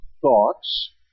thoughts